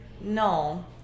no